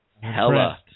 Hella